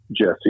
Jesse